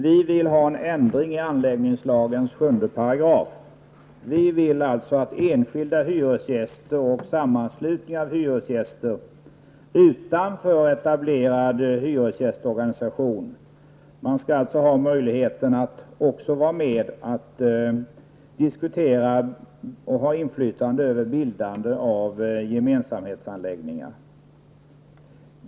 Vi vill ha en ändring av anläggningslagens 7 §. Vi vill att enskilda hyresgäster och sammanslutningar av hyresgäster utanför etablerade hyresgästorganisationer skall ha möjlighet att också vara med och diskutera och ha inflytande över bildandet av gemensamhetsanläggningar.